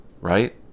right